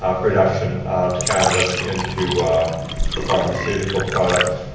production of cannabis into the pharmaceutical product.